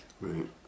Right